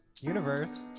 Universe